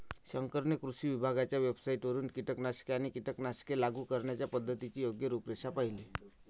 शंकरने कृषी विभागाच्या वेबसाइटवरून कीटकनाशके आणि कीटकनाशके लागू करण्याच्या पद्धतीची योग्य रूपरेषा पाहिली